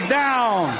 down